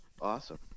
Awesome